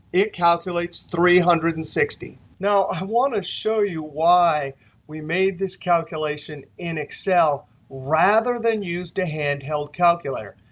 it calculates three hundred and sixty. now, i want to show you why we made this calculation in excel rather than used a handheld calculator.